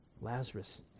Lazarus